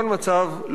לא הגיוני,